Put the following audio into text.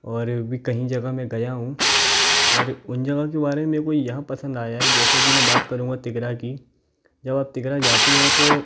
और भी कहीं जगा मैं गया हूँ और उन जगहों के बारे में मेको यह पसंद आया है जैसे कि मैं बात करूँगा तिगरा की जब आप तिगरा जाती हो तो